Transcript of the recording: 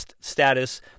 status